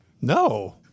No